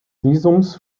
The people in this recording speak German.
visums